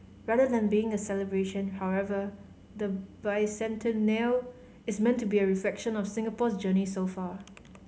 rather than being a celebration however the bicentennial is meant to be a reflection on Singapore's journey so far